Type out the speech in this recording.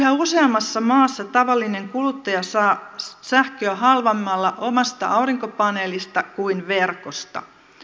yhä useammassa maassa tavallinen kuluttaja saa sähköä halvemmalla omasta aurinkopaneelista kuin verkosta